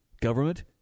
government